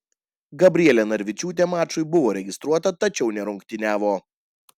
gabrielė narvičiūtė mačui buvo registruota tačiau nerungtyniavo